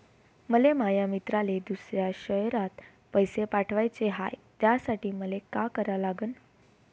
मले माया मित्राले दुसऱ्या शयरात पैसे पाठवाचे हाय, त्यासाठी मले का करा लागन?